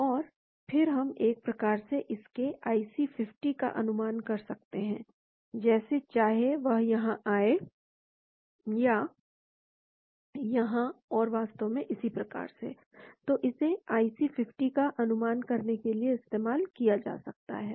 और फिर हम एक प्रकार से इसके IC 50 का अनुमान कर सकते हैं जैसे चाहे वह यहाँ आए या यहाँ और वास्तव में इसी प्रकार से तो इसे IC50 का अनुमान करने के लिए इस्तेमाल किया जा सकता है